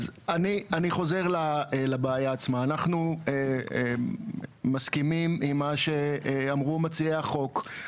אני חוזר לבעיה עצמה אנחנו מסכימים עם מה שאמרו מציעי החוק.